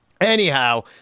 Anyhow